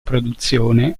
produzione